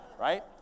Right